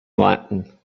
latin